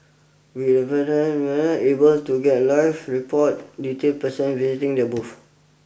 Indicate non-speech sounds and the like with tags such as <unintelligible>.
with <unintelligible> able to get live report details percent visiting their booths